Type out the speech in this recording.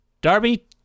Darby